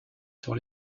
sur